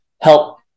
help